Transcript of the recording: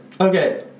okay